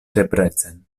debrecen